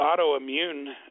autoimmune